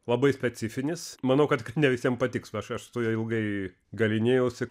labai specifinis manau kad ne visiem patiks aš aš su juo ilgai galynėjosi